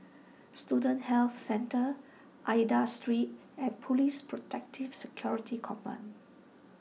Student Health Centre Aida Street and Police Protective Security Command